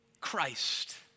Christ